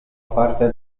parte